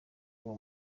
uwo